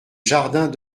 jardins